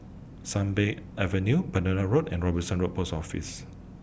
Sunbird Avenue Pereira Road and Robinson Road Post Office